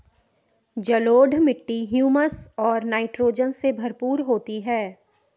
जलोढ़ मिट्टी हृयूमस और नाइट्रोजन से भरपूर होती है